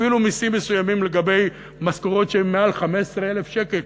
אפילו מסים מסוימים לגבי משכורות שהן מעל 15,000 שקל.